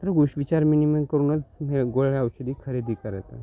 तर गोष्ट विचार विनिमय करूनच हे गोळ्या औषधी खरेदी करायचं